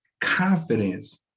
confidence